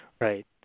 Right